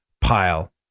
pile